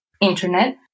internet